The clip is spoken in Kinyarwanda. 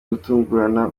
gutungurana